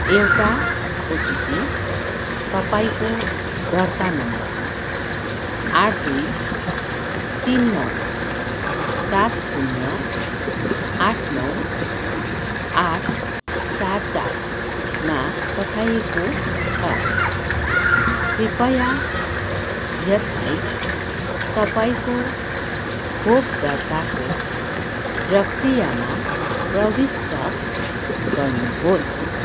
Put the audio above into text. एउटा ओटिपी तपाईँको दर्ता नम्बर आठ दुई तिन नौ सात सुन्य आठ नौ आठ चार चारमा पठाइएको छ कृपया यसलाई तपाईँको खोप दर्ताको प्रक्रियामा प्रविष्ट गर्नुहोस्